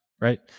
right